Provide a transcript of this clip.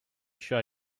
show